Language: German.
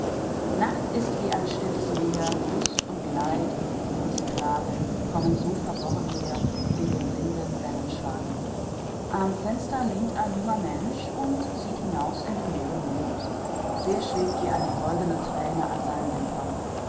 nacht ist wie ein stilles meer lust und leid und liebesklagen kommen so verworren her in dem linden wellenschlagen am fenster lehnt ein junger mensch und sieht hinaus in den milden mond der schwebt wie eine goldene träne an seinen wimpern